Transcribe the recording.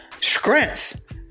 strength